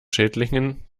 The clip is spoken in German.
schädlingen